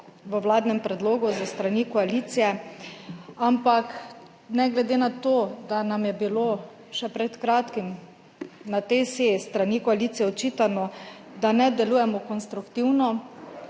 v vladnem predlogu s strani koalicije. Ampak ne glede na to, da nam je bilo še pred kratkim na tej seji s strani koalicije očitano, da ne delujemo konstruktivno,